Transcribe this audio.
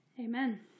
Amen